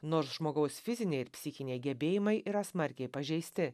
nors žmogaus fiziniai ir psichiniai gebėjimai yra smarkiai pažeisti